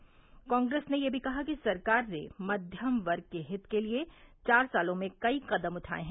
प्रधानमंत्री ने यह भी कहा कि सरकार ने मध्यम वर्ग के हित के लिए चार सालों में कई कदम उठाये हैं